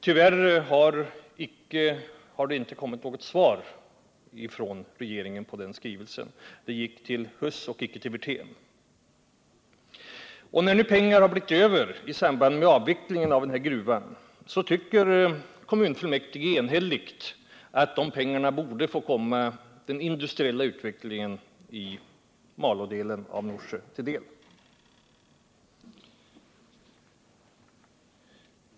Tyvärr har det inte kommit något svar från regeringen på den skrivelsen. Den gick till Erik Huss och icke till Rolf Wirtén. När nu pengar har blivit över i samband med avvecklingen av Adakgruvan, tycker kommunfullmäktige enhälligt att de här pengarna borde få komma den industriella utvecklingen i Malådelen av Norsjö kommun till del.